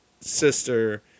sister